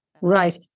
Right